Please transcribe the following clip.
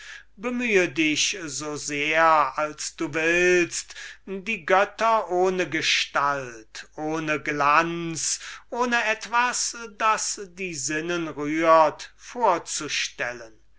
bemühe dich so sehr als du willst dir götter ohne gestalt ohne glanz ohne etwas das die sinnen rührt vorzustellen